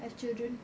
have children